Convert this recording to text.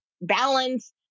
balance